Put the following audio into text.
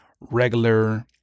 regular